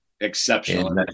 Exceptional